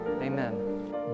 Amen